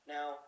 Now